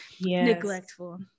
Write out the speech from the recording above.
neglectful